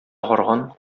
агарган